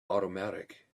automatic